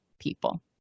people